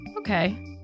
Okay